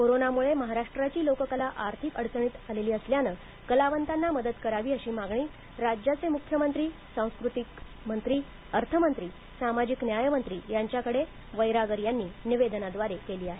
कोरोनामुळे महाराष्ट्राची लोककला आर्थिक अडचणीत आलेली असल्यान कलावतांना मदत करावी अशी मागणी राज्याचे मुख्यमंत्री सांस्कृतिक मंत्री अर्थमंत्री सामाजिक न्यायमंत्री यांच्याकडे वैरागर यांनी निवेदनाद्वारे केली आहे